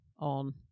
On